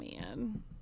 man